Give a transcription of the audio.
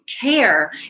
care